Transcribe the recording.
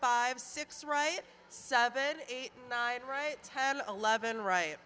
five six right seven eight nine right hand eleven right